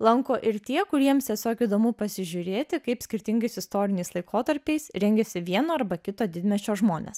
lanko ir tie kuriems tiesiog įdomu pasižiūrėti kaip skirtingais istoriniais laikotarpiais rengiasi vieno arba kito didmiesčio žmonės